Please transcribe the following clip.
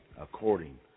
according